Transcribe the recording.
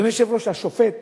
אדוני היושב-ראש, השופט